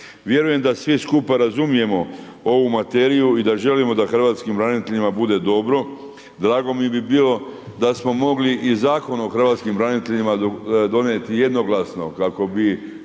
Vjerujem da svi skupa razumijemo ovu materiju i da želimo da hrvatskim braniteljima bude dobro. Drago mi bi bilo, da smo mogli i Zakon o hrvatskim braniteljima donijeti jednoglasno, kako bi